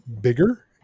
bigger